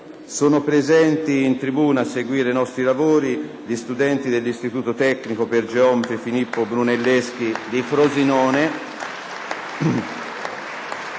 Sono presenti in tribuna a seguire i nostri lavori gli studenti dell’Istituto tecnico per geometri «Filippo Brunelleschi» di Frosinone.